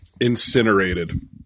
incinerated